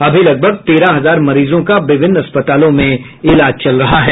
अभी लगभग तेरह हजार मरीजों का विभिन्न अस्पतालों में इलाज चल रहा है